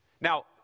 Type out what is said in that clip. Now